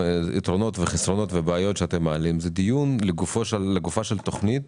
היתרונות והחסרונות שאתם מעלים זה לגופה של תוכנית